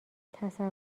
تصور